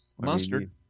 Mustard